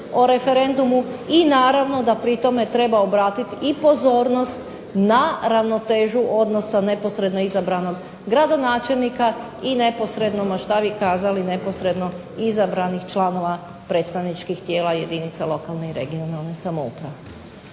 o referendumu i naravno da pri tome treba obratiti i pozornost na ravnotežu odnosa neposredno izabranog gradonačelnika i neposredno, ma što vi kazali, neposredno izabranih članova predstavničkih tijela jedinica lokalne i regionalne samouprave.